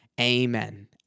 Amen